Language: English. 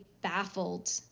baffled